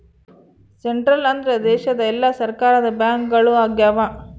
central ಅಂದ್ರ ದೇಶದ ಎಲ್ಲಾ ಸರ್ಕಾರದ ಬ್ಯಾಂಕ್ಗಳು ಆಗ್ಯಾವ